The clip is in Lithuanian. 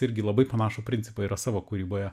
irgi labai panašų principą yra savo kūryboje